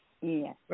Yes